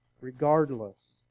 Regardless